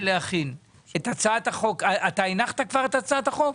ולהכין את הצעת החוק כבר הנחת את הצעת החוק?